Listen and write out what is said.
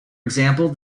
example